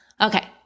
Okay